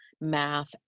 math